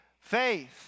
faith